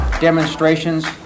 demonstrations